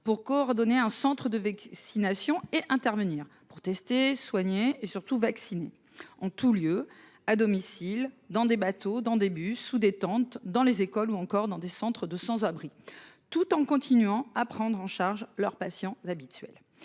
pour coordonner un centre de 6 nations et intervenir pour tester soigner et surtout. En tous lieux à domicile dans des bateaux dans des bus ou des tentes dans les écoles ou encore dans des centres de sans abris, tout en continuant à prendre en charge leurs patients habituels